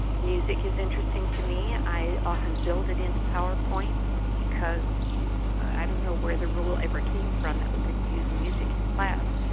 music is interesting to me. i often build it into powerpoints because i don't know where the rule ever came from that we couldn't use music in class.